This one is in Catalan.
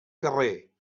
carrer